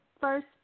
first